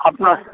अपना